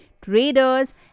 Traders